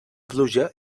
pluja